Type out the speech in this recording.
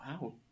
wow